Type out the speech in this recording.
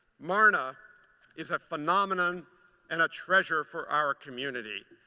marna is a phenomenon and a treasure for our community.